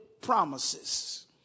promises